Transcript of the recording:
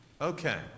Okay